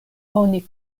oni